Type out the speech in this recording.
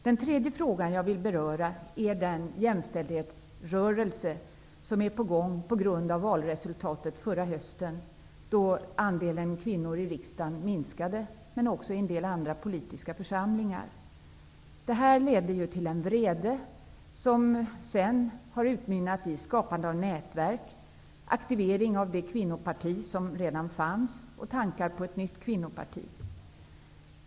Den tredje frågan jag vill beröra är den jämställdhetsrörelse som är på gång på grund av valresultatet förra hösten, då andelen kvinnor i riksdagen minskade, men också i en del andra politiska församlingar. Detta ledde till en vrede, som sedan har utmynnat i skapande av nätverk, aktivering av det kvinnoparti som redan fanns och tankar på ett nytt kvinnoparti.